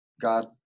God